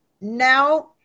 now